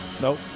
Nope